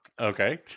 Okay